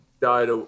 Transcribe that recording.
died